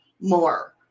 more